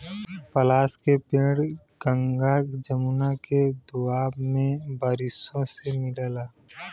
पलाश के पेड़ गंगा जमुना के दोआब में बारिशों से मिलला